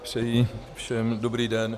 Přeji všem dobrý den.